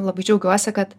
labai džiaugiuosi kad